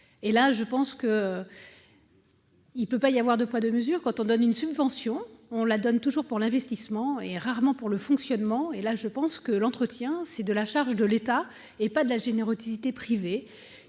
part, je pense qu'il ne peut pas y avoir deux poids, deux mesures : quand on donne une subvention, c'est toujours pour l'investissement et rarement pour le fonctionnement. En l'occurrence, je pense que l'entretien doit rester à la charge de l'État et non de la générosité privée.